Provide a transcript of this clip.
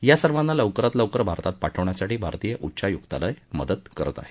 या सर्वांना लवकरात लवकर भारतात पाठवण्यासाठी भारतीय उच्चायुक्तालय मदत करत आहे